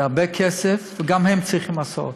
זה הרבה כסף, וגם הם צריכים הסעות.